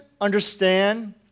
understand